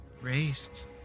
raised